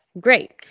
Great